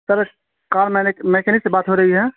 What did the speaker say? سر car mechanic سے بات ہو رہی ہے